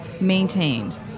maintained